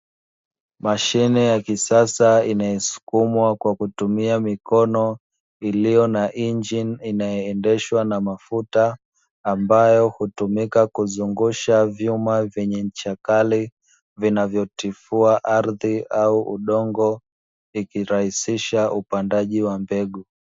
Mashine ya kisasa inayosukumwa kwa kutumia mikono, iliyo na injini inayoendeshwa na mafuta, ambayo hutumika kuzungusha vyuma vyenye ncha kali, vinavyotifua ardhi au udongo, ikirahisisha upandaji wa mbegu.